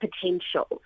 potential